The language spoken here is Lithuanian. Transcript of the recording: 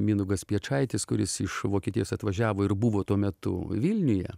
mindaugas piečaitis kuris iš vokietijos atvažiavo ir buvo tuo metu vilniuje